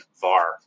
VAR